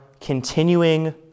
continuing